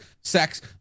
sex